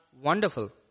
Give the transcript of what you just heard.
Wonderful